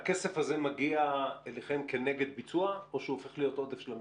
והכסף הזה מגיע אליכם כנגד ביצוע או שהוא הופך להיות עודף של המשרד?